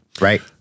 right